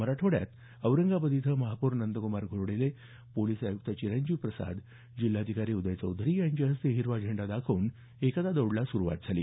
मराठवाड्यात औरंगाबाद इथं महापौर नंदक्मार घोडेले पोलीस आयुक्त चिरंजीव प्रसाद जिल्हाधिकारी उदय चौधरी यांच्या हस्ते हिरवा झेंडा दाखवून एकता दौडला सुरुवात झाली